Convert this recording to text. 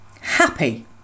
happy